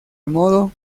modo